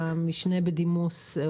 המשנה בדימוס.